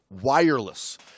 wireless